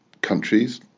countries